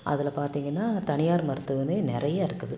அதில் பார்த்திங்கன்னா தனியார் மருத்துவமனை நிறைய இருக்குது